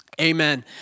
amen